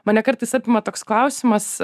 mane kartais apima toks klausimas